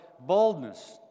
boldness